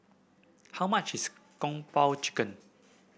how much is Kung Po Chicken